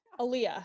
Aaliyah